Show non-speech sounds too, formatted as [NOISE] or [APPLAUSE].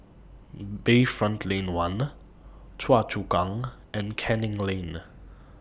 Bayfront Lane one [NOISE] Choa Chu Kang and Canning Lane [NOISE]